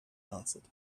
answered